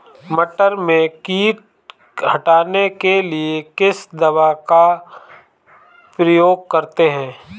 मटर में कीट हटाने के लिए किस दवा का प्रयोग करते हैं?